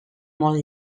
molt